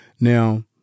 Now